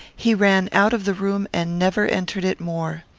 he ran out of the room and never entered it more.